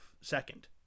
second